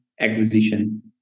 acquisition